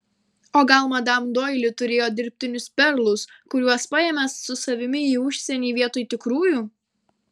o gal madam doili turėjo dirbtinius perlus kuriuos paėmė su savimi į užsienį vietoj tikrųjų